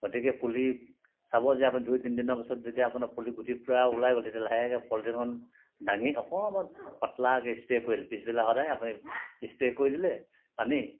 গতিকে পুলি চাব যে আপুনি দুই তিনিদিনৰ পিছত যদি আপোনাৰ পুলি গুটি পৰা ওলায় গ'ল তেতিয়া লাহেকৈ পলিথিনখন দাঙি অকণমান পাতলাকৈ স্প্ৰে' কৰিলে পিছবেলা সদায় স্প্ৰে' কৰি দিলে পানী